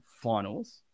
finals